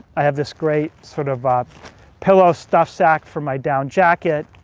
i have this great sort of pillow stuff sack for my down jacket,